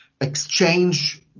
exchange